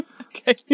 Okay